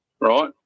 right